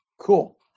cool